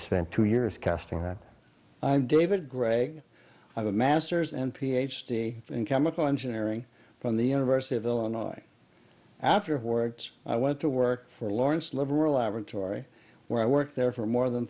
spent two years casting i'm david greg i was masters and p h d in chemical engineering from the university of illinois afterwards i went to work for lawrence liberal laboratory where i worked there for more than